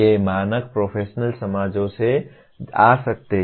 ये मानक प्रोफेशनल समाजों से आ सकते हैं